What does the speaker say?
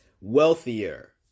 wealthier